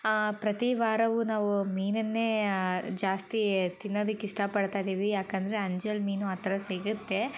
ಪ್ರತಿವಾರವೂ ನಾವು ಮೀನನ್ನೇ ಜಾಸ್ತಿ ತಿನ್ನೋದಕ್ಕೆ ಇಷ್ಟಪಡ್ತಾ ಇದ್ದೀವಿ ಯಾಕಂದರೆ ಅಂಜಲ್ ಮೀನು ಆ ಥರ ಸಿಗತ್ತೆ